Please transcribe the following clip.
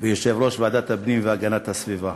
ויושב-ראש ועדת הפנים והגנת הסביבה.